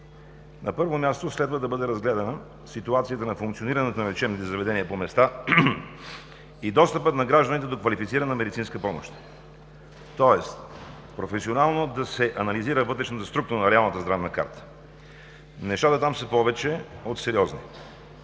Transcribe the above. На първо място следва да бъде разгледана ситуацията на функционирането на лечебните заведения по места и достъпът на гражданите до квалифицирана медицинска помощ, тоест професионално да се анализира вътрешната структура на реалната здравна карта. Нещата там са повече от сериозни.